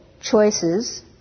choices